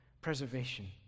preservation